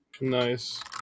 Nice